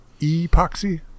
epoxy